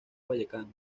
vallecano